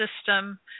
system